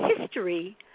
history